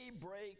break